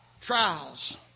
trials